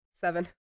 Seven